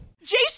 Jason